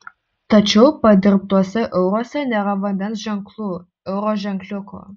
tačiau padirbtuose euruose nėra vandens ženklų euro ženkliuko